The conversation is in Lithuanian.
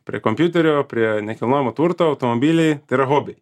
prie kompiuterio prie nekilnojamo turto automobiliai tai yra hobi